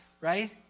Right